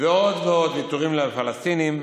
עוד ועוד ויתורים לפלסטינים.